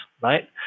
Right